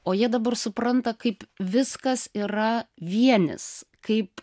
o jie dabar supranta kaip viskas yra vienis kaip